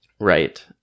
Right